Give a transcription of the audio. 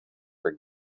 for